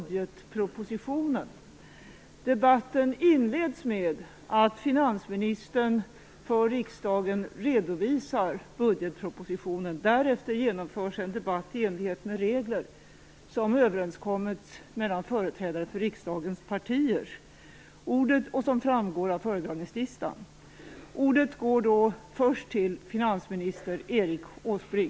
Debatten inleds med att finansministern för riksdagen redovisar budgetpropositionen. Därefter genomförs en debatt i enlighet med regler som överenskommits mellan företrädare för riksdagens partier som framgår av föredragningslistan.